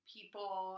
People